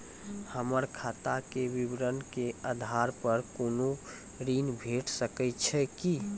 हमर खाता के विवरण के आधार प कुनू ऋण भेट सकै छै की?